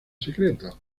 secreto